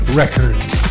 records